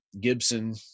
Gibson